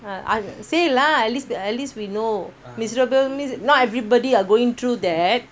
say lah at least at least we know miserable means not everybody are going through that